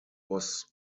was